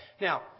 Now